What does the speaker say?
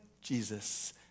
Jesus